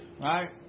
right